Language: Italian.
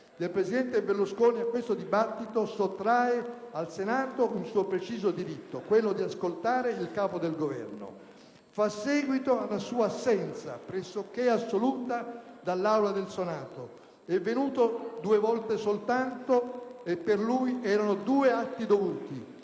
del presidente Berlusconi in questo dibattito sottrae al Senato un suo preciso diritto, quello di ascoltare il Capo del Governo. Essa fa seguito ad una sua assenza pressoché assoluta dall'Aula del Senato. È venuto due volte soltanto e per lui erano due atti dovuti: